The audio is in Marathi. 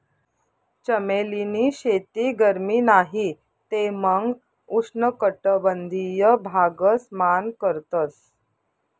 चमेली नी शेती गरमी नाही ते मंग उष्ण कटबंधिय भागस मान करतस